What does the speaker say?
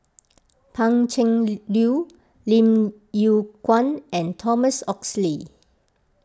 Pan Cheng Lui Lim Yew Kuan and Thomas Oxley